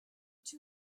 two